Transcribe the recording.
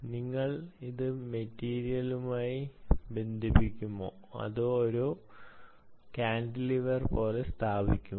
നിങ്ങൾ ഇത് മെറ്റീരിയലുമായി ബന്ധിപ്പിക്കുമോ അതോ ഒരു കാന്റിലിവർ പോലെ സ്ഥാപിക്കുമോ